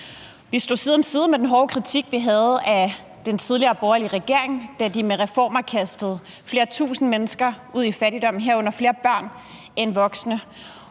Vi stod side om side med den hårde kritik, vi havde af den tidligere borgerlige regering, da de med reformer kastede flere tusinde mennesker ud i fattigdom, herunder flere børn end voksne,